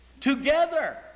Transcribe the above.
Together